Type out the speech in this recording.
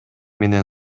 менен